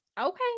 Okay